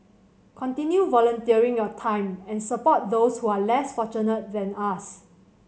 continue volunteering your time and support those who are less fortunate than us